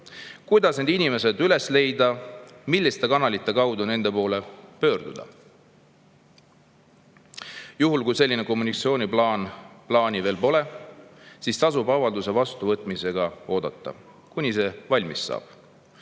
üldse need inimesed üles leida, milliste kanalite kaudu nende poole pöörduda? Juhul kui sellist kommunikatsiooniplaani veel pole, tasub avalduse vastuvõtmisega oodata, kuni see valmis saab.